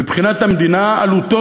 מבחינת המדינה, עלותה